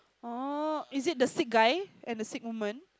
oh is it the sick guy and the sick woman